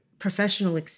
professional